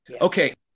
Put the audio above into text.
Okay